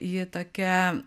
ji tokia